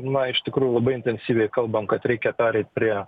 na iš tikrųjų labai intensyviai kalbam kad reikia pereit prie